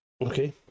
okay